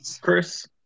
Chris